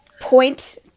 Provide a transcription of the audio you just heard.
point